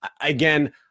Again